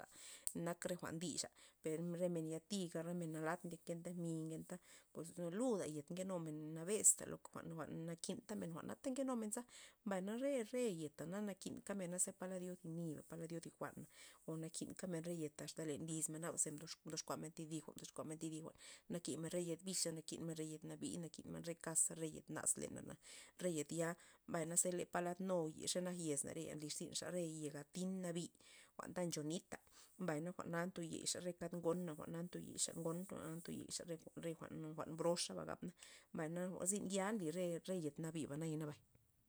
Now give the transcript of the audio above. Nak re jwa'n ndixa, per re men yatiga re men nalat ndyak ngenta mi' ngenta pues luda yet nkenumen nabesta lo ke jwa'n- jwa'n nakin tamen jwa'na nkenumenza, mbay na re- re yet na nakinka mena za palad yo thi nida palad yo thi jwa'n o nakin kamen re yeta asta len lizmen naba ze mdox- mdoxkua thi jwa'n thi di jwa'n nakin men re yet bixa nakin men yet nabi'i nakin men re kaza re yet naz leney re yey ya' mbay na ze palad nu yet xe nak yez men reya nlirzynxa re yega tin nabi', jwa'n ta ncho nita mbay na jwa'na nto yey xa re kad ngona jwa'na ntoyey xa ngon jwa'na nto yey xa re jwa'n- jwa'n broxaba gabmen, mbay na zyn ya nly re yet nabi'ba nabay.